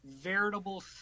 veritable